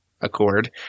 accord